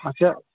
اچھا